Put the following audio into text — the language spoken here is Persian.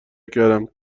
کردم